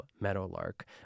Meadowlark